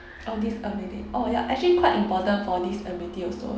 oh disability orh ya actually quite important for disability also